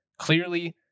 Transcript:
Clearly